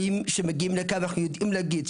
אנחנו יודעים להגיד,